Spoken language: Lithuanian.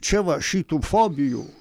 čia va šitų fobijų